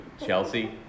Chelsea